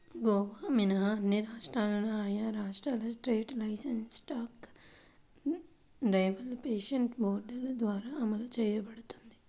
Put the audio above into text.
గోవా మినహా అన్ని రాష్ట్రాల్లో ఆయా రాష్ట్రాల స్టేట్ లైవ్స్టాక్ డెవలప్మెంట్ బోర్డుల ద్వారా అమలు చేయబడుతోంది